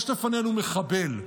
יש לפנינו מחבל,